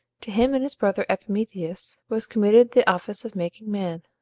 to him and his brother epimetheus was committed the office of making man,